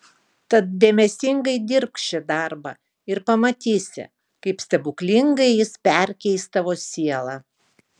tad dėmesingai dirbk šį darbą ir pamatysi kaip stebuklingai jis perkeis tavo sielą